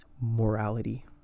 morality